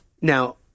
Now